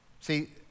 See